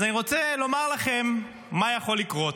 אז אני רוצה לומר לכם מה יכול לקרות.